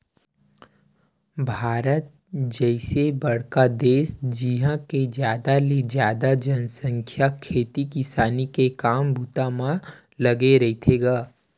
भारत जइसे बड़का देस जिहाँ के जादा ले जादा जनसंख्या खेती किसानी के काम बूता म लगे रहिथे गा